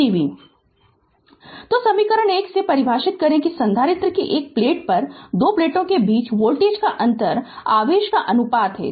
Refer Slide Time 0555 तो समीकरण 1 से परिभाषित करें कि संधारित्र की एक प्लेट पर दो प्लेटों के बीच वोल्टेज का अंतर आवेश का अनुपात है